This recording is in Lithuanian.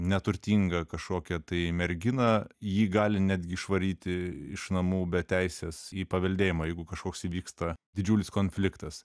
neturtingą kažkokią tai merginą ji gali netgi išvaryti iš namų be teisės į paveldėjimą jeigu kažkoks įvyksta didžiulis konfliktas